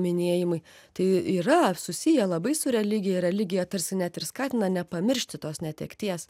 minėjimai tai yra susiję labai su religija religija tarsi net ir skatina nepamiršti tos netekties